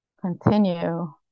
continue